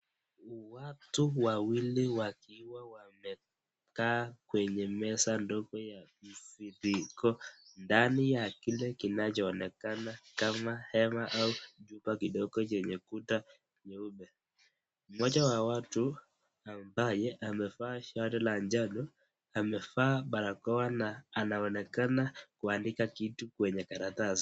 Watu wawili wakiwa wamekaa kwenye meza ndogo ya ofisi liko ndani ya kile kinachoonekana kama hema au chumba kidogo chenye kuta nyeupe. Mmoja wa watu ambaye amevaa sare la njano amevaa barakoa na anaonekana kuandika kitu kwenye karatasi.